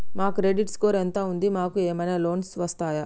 మా credit score ఎంత ఉంది? మాకు ఏమైనా లోన్స్ వస్తయా?